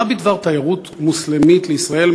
מה בדבר תיירות מוסלמית לישראל,